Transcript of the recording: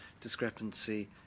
discrepancy